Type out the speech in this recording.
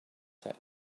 said